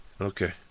Okay